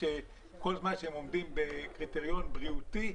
כל זמן שהם עומדים בקריטריון בריאותי,